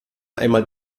einmal